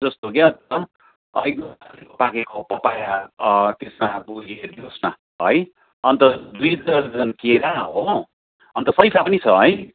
जस्तो क्या पाकेको पपाया त्यस्तो खालको हेरिदिनु होस् न है अन्त दुई दर्जन केरा हो अन्त सरिफा पनि छ है